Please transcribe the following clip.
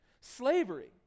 slavery